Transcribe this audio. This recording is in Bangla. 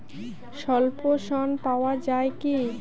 স্বল্প ঋণ পাওয়া য়ায় কি?